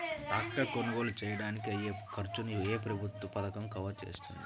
Tractor కొనుగోలు చేయడానికి అయ్యే ఖర్చును ఏ ప్రభుత్వ పథకం కవర్ చేస్తుంది?